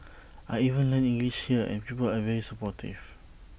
I even learnt English here and people are very supportive